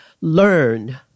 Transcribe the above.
learn